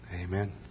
Amen